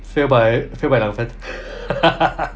fail by fail by 两分